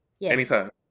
Anytime